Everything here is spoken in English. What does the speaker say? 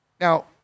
now